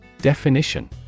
Definition